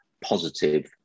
positive